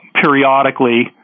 periodically –